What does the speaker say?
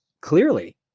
clearly